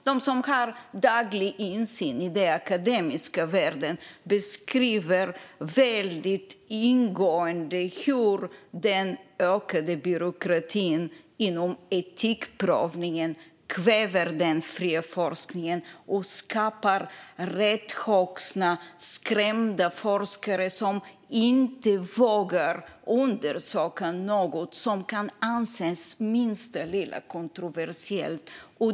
De som har daglig insyn i den akademiska världen beskriver väldigt ingående hur den ökade byråkratin inom etikprövningen kväver den fria forskningen och skapar räddhågsna och skrämda forskare som inte vågar undersöka något som på minsta lilla sätt kan anses vara kontroversiellt.